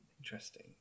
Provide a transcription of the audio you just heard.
Interesting